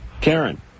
Karen